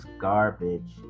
garbage